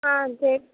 ஆ சரி